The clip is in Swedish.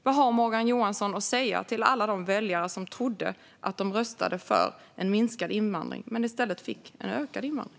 Vad har Morgan Johansson att säga till alla de väljare som trodde att de röstade för en minskad invandring men i stället fick en ökad invandring?